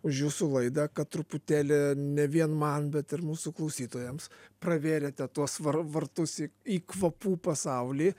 už jūsų laidą kad truputėlį ne vien man bet ir mūsų klausytojams pravėrėte tuos var vartus į kvapų pasaulį